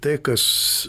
tai kas